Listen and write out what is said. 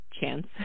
chance